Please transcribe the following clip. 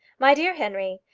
my dear henry,